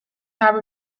habe